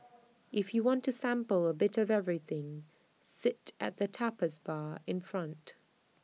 if you want to sample A bit of everything sit at the tapas bar in front